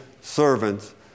servants